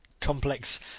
complex